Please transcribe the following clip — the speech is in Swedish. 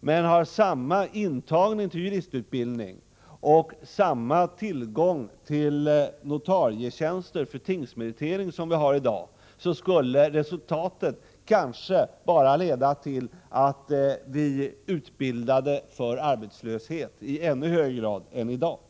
men har samma intagning till juristutbildning och samma tillgång till notarietjänster för tingsmeritering som vi har i dag blir resultatet kanske bara att vi i ännu högre grad än i dag utbildar för arbetslöshet.